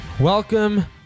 Welcome